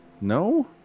No